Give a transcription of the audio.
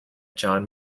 john